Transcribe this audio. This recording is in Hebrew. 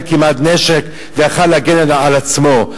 כמעט נשק והוא יכול היה להגן על עצמו.